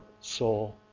soul